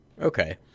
Okay